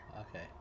okay